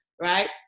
right